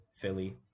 Philly